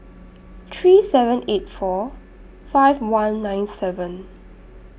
three seven eight four five one nine seven